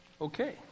Okay